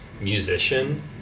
musician